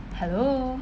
hello